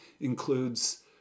includes